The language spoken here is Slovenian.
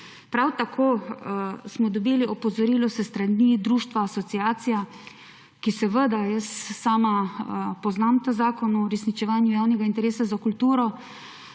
Prav tako smo dobili opozorilo s strani društva Asociacija – seveda sama poznam ta Zakon o uresničevanju javnega interesa za kulturo,